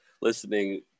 listening